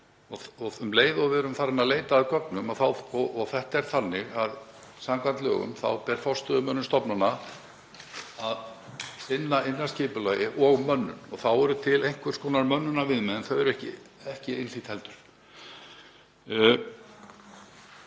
um leið og við erum farin að leita að gögnum — samkvæmt lögum ber forstöðumönnum stofnana að sinna innra skipulagi og mönnun og þá eru til einhvers konar mönnunarviðmið en þau eru ekki einhlít heldur.